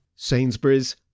Sainsbury's